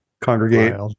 congregate